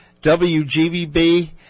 W-G-B-B